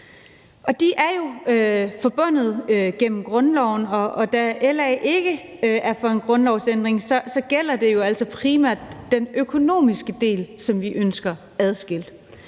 De er jo forbundet gennem grundloven, og da LA ikke er for en grundlovsændring, er det altså primært den økonomiske del, som vi ønsker udskilt.